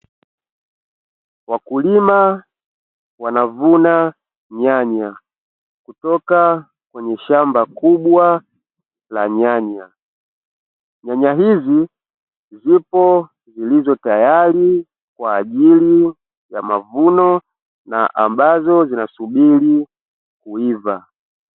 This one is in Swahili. Wakulima wanavuna nyanya kutoka kwenye shamba kubwa la nyanya, nyanya hizi zipo zilizo tayari kwa ajili ya mavuno na ambazo zinasubiri kuiva.